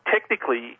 technically